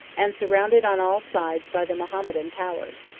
and surrounded on all sides by the mahometan powers.